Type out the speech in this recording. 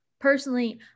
Personally